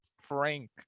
Frank